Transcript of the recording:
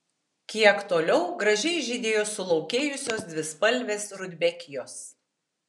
kiek toliau gražiai žydėjo sulaukėjusios dvispalvės rudbekijos